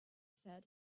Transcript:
said